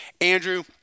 Andrew